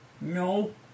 No